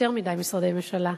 יותר מדי משרדי ממשלה,